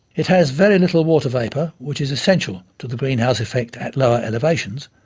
it has very little water vapour, which is essential to the greenhouse effect at lower elevations,